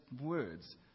words